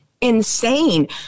insane